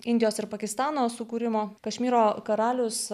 indijos ir pakistano sukūrimo kašmyro karalius